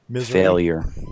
failure